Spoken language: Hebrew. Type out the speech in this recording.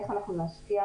איך אנחנו נשקיע?